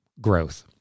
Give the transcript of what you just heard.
growth